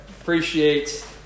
Appreciate